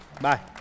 Bye